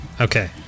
Okay